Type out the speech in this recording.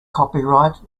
copyright